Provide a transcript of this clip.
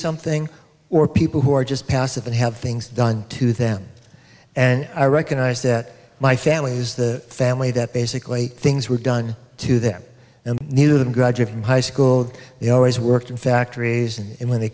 something or people who are just passive and have things done to them and i recognize that my family is the family that basically things were done to them and neither of them graduate from high school they always worked in factories and when they